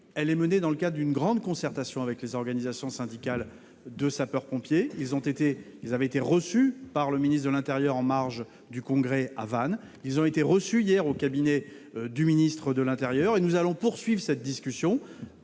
est menée dans le cadre d'une grande concertation avec les organisations syndicales de sapeurs-pompiers. Celles-ci ont été reçues par le ministre de l'intérieur en marge du congrès de Vannes, puis, hier, au cabinet du ministre. Nous allons poursuivre cette discussion